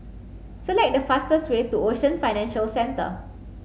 select the fastest way to Ocean Financial Centre